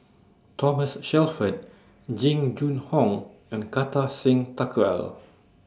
Thomas Shelford Jing Jun Hong and Kartar Singh Thakral